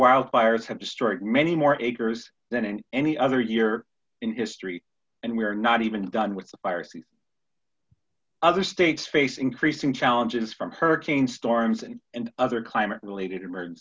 wildfires have destroyed many more acres than in any other year in history and we're not even done with the fire season other states facing creasing challenges from hurricanes storms and and other climate related